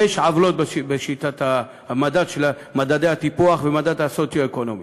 יש עוולות בשיטת מדדי הטיפוח והמדד הסוציו-אקונומי,